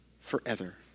forever